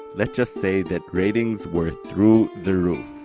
let's just say that ratings were through the roof.